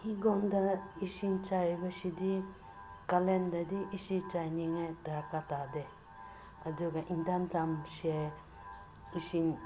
ꯏꯪꯈꯣꯜꯗ ꯏꯁꯤꯡ ꯆꯥꯏꯕꯁꯤꯗꯤ ꯀꯥꯂꯦꯟꯗꯗꯤ ꯏꯁꯤꯡ ꯆꯥꯏꯅꯤꯡꯉꯥꯏ ꯗꯔꯀꯥꯔ ꯇꯥꯗꯦ ꯑꯗꯨꯒ ꯏꯪꯊꯝꯊꯥꯁꯦ ꯏꯁꯤꯡ